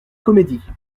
comédie